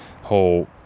whole